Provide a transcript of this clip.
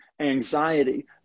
anxiety